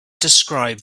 described